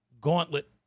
Gauntlet